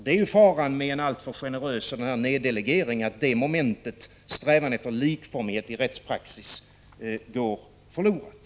Det är ju faran med en alltför generös neddelegering att det momentet — strävan efter likformighet i rättspraxis — går förlorat.